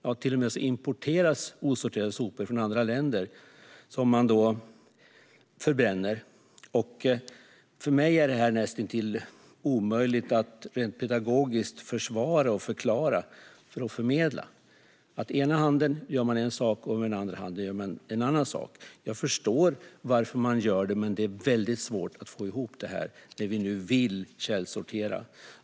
Man till och med importerar och förbränner osorterade sopor från andra länder. För mig är detta rent pedagogiskt nästan omöjligt att försvara och förklara. Med ena handen gör man en sak, och med den andra gör man en annan. Jag förstår varför man gör det, men det är svårt att få ihop detta när vi nu vill källsortera.